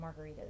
margaritas